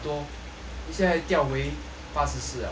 你现在调回八十四了